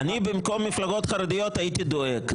אני במקום המפלגות החרדיות הייתי דואג.